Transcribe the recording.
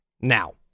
now